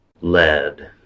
lead